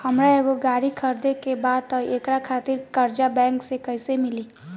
हमरा एगो गाड़ी खरीदे के बा त एकरा खातिर कर्जा बैंक से कईसे मिली?